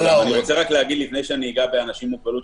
לפני שאני אגע בנושא אנשים עם מוגבלות,